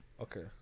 Okay